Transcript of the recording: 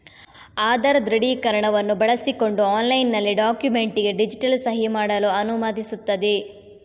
ಆಧಾರ್ ದೃಢೀಕರಣವನ್ನು ಬಳಸಿಕೊಂಡು ಆನ್ಲೈನಿನಲ್ಲಿ ಡಾಕ್ಯುಮೆಂಟಿಗೆ ಡಿಜಿಟಲ್ ಸಹಿ ಮಾಡಲು ಅನುಮತಿಸುತ್ತದೆ